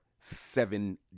seven